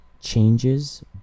changes